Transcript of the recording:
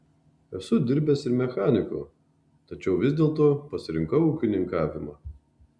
esu dirbęs ir mechaniku tačiau vis dėlto pasirinkau ūkininkavimą